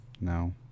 no